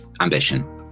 Ambition